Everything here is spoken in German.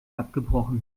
abgebrochen